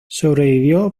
sobrevivió